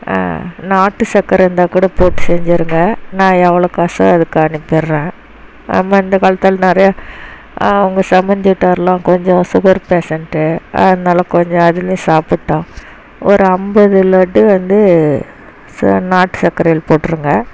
நாட்டு சர்க்கர இருந்தால்கூட போட்டு செஞ்சுருங்க நான் எவ்வளோ காசோ அதுக்கு அனுப்பிடுறேன் ஆமாம் இந்த காலத்தில் நிறையா அவங்க சம்மந்தி வீட்டாரெலாம் கொஞ்சம் சுகர் பேசண்ட்டு அதனால கொஞ்சம் அதிலே சாப்பிட்டும் ஒரு ஐம்பது லட்டு வந்து ச நாட்டு சர்க்கரையில போட்டிருங்க